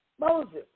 Moses